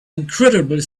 incredible